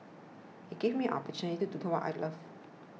it gave me an opportunity to do what I love